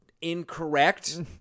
incorrect